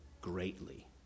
greatly